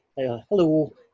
Hello